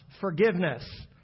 forgiveness